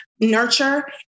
nurture